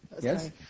Yes